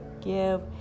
give